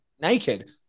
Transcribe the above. naked